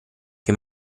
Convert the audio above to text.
che